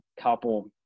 couple